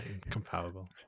Comparable